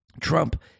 Trump